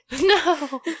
No